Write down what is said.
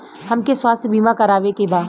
हमके स्वास्थ्य बीमा करावे के बा?